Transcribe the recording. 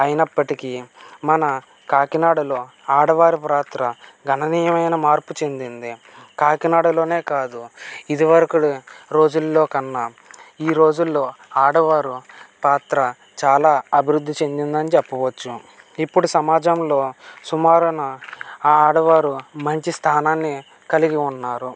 అయినప్పటికీ మన కాకినాడలో ఆడవారు పాత్ర గణనీయమైన మార్పు చెందింది కాకినాడలోనే కాదు ఇదివరకు రోజుల్లో కన్నా ఈ రోజుల్లో ఆడవారు పాత్ర చాలా అభివృద్ధి చెందిందని చెప్పవచ్చు ఇప్పుడు సమాజంలో సుమారున ఆడవారు మంచి స్థానాన్ని కలిగి ఉన్నారు